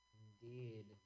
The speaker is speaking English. indeed